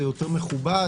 יותר מכובד.